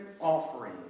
offering